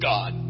God